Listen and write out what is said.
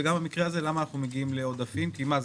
ולמה אנחנו מגיעים לעודפים במקרה הזה?